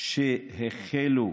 שהחלו